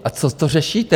A co to řešíte?